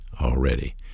already